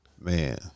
Man